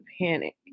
panic